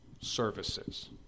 services